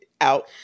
out